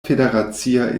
federacia